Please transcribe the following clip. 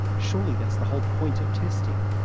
surely that's the whole point of testing.